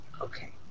Okay